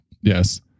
Yes